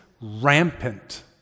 rampant